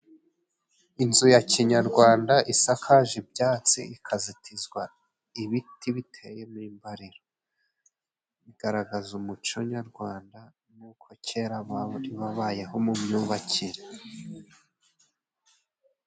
Inzu ya kinyarwanda isakaje ibyatsi, ikazitizwa ibiti biteye n'imbariro, bigaragaza umuco nyarwanda n'uko kera bari babayeho mu myubakire.